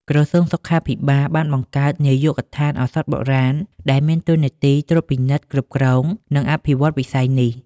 ក្រសួងសុខាភិបាលកម្ពុជា បានបង្កើត នាយកដ្ឋានឱសថបុរាណ ដែលមានតួនាទីត្រួតពិនិត្យ គ្រប់គ្រង និងអភិវឌ្ឍវិស័យនេះ។